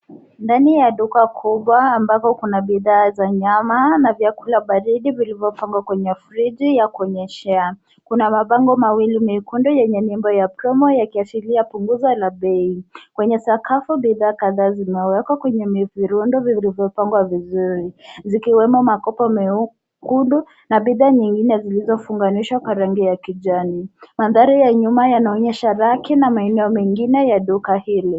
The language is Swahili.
Ndani ya duka kubwa ambapo kuna bidhaa za nyama na vyakula baridi vilivyopangwa kwenye friji ya kuonyeshea. Kuna mabango mawili mekundu yenye nembo ya promo yakiashiria punguzo la bei . Kwenye sakafu bidhaa kadhaa zimewekwa kwenye mirundo viilivoopangwa vizuri zikiwemo makoko mekundu na bidhaa nyingine zilizofunganishwa kwa rangi ya kijani. Mandhari ya nyuma yanaonyesha raki na maeneo mengine ya duka hili.